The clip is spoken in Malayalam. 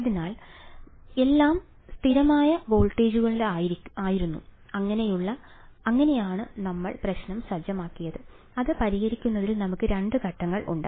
അതിനാൽ എല്ലാം സ്ഥിരമായ വോൾട്ടേജിലായിരുന്നു അങ്ങനെയാണ് നമ്മൾ പ്രശ്നം സജ്ജമാക്കിയത് അത് പരിഹരിക്കുന്നതിൽ നമുക്ക് രണ്ട് ഘട്ടങ്ങൾ ശരിയായി